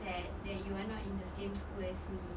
sad that you are not in the same school as me